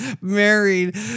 married